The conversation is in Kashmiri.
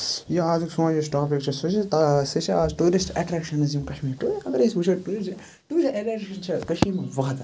یہِ آزُک سون یُس ٹاپِک چھُ سُہ چھُ سُہ چھِ آز ٹوٗرِسٹ ایٹریکشَنٕز یِم کَشمیٖر اَگر أسۍ وُچھو ٹوٗرسٹ ٹوٗرسٹ ایٹریکشن چھِ کٔشیٖر واتان